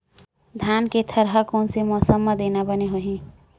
धान के थरहा कोन से मौसम म देना बने होही?